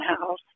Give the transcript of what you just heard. house